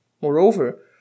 Moreover